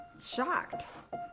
shocked